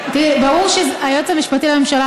ברור שהיועץ המשפטי לממשלה,